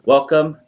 Welcome